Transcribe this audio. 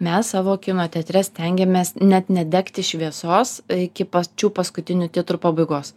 mes savo kino teatre stengiamės net nedegti šviesos iki pačių paskutinių titrų pabaigos